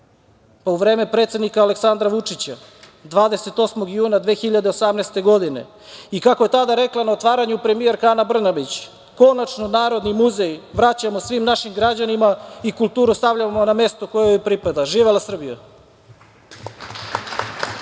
Pa, u vreme predsednika Aleksandra Vučića, 28. juna 2018. godine. Kako je tada rekla na otvaranju premijerka Ana Brnabić, konačno Narodni muzej vraćamo svim našim građanima i kulturu stavljamo na mesto koje joj pripada. Živela Srbija!